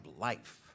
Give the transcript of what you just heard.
life